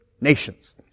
nations